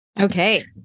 okay